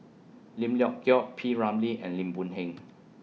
Lim Leong Geok P Ramlee and Lim Boon Heng